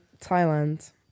thailand